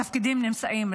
התפקידים נמצאים,